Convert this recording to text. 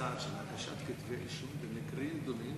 צעד של הגשת כתבי אישום במקרים דומים